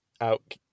out